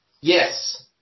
Yes